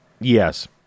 yes